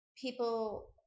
people